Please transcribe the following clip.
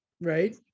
Right